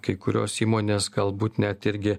kai kurios įmonės galbūt net irgi